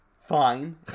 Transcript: fine